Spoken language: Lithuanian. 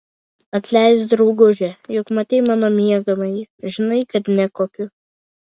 atleisk drauguže juk matei mano miegamąjį žinai kad nekuopiu